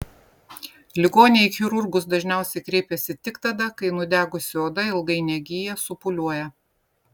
ligoniai į chirurgus dažniausiai kreipiasi tik tada kai nudegusi oda ilgai negyja supūliuoja